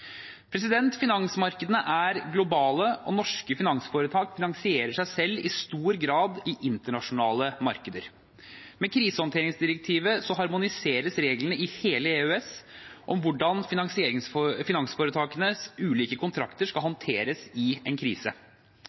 Finansmarkedene er globale, og norske finansforetak finansierer seg selv i stor grad i internasjonale markeder. Med krisehåndteringsdirektivet harmoniseres reglene i hele EØS – om hvordan finansforetakenes ulike kontrakter skal håndteres i en krise.